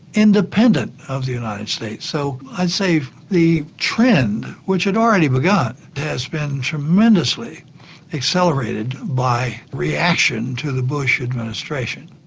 independent of the united states. so i'd say the trend which had already begun, has been tremendously accelerated by reaction to the bush administration.